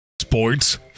Sports